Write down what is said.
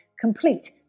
complete